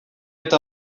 eta